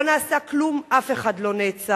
לא נעשה כלום, אף אחד לא נעצר.